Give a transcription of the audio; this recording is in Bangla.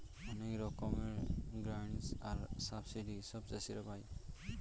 অনেক রকমের গ্রান্টস আর সাবসিডি সব চাষীরা পাই